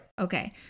Okay